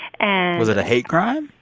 and. was it a hate crime?